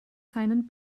seinen